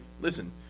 Listen